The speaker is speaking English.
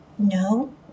no